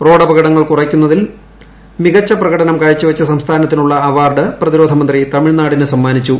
റോഡപകടങ്ങൾ കുറയ്ക്കുന്നതിൽ മികച്ച പ്രകടനം കാഴ്ചവച്ച സംസ്ഥാനത്തിനുള്ള അവാർഡ് പ്രതിരോധമന്ത്രി തമിഴ്നാടിന് സമ്മാനിച്ചു